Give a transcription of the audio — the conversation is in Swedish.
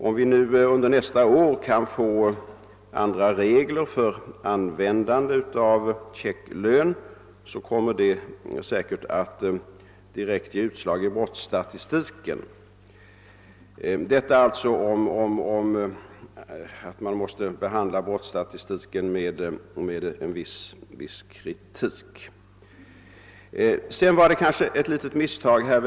Om vi under nästa år kan få andra regler för användande av checklön kommer det säkerligen att direkt ge utslag i brottsstatistiken. Jag har velat säga detta för att visa att man måste behandla brottsstatistiken med en viss kritik. Sedan gjorde herr Wedén kanske ctt litet misstag.